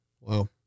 Wow